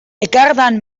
ekardan